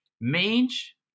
mange